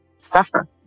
suffer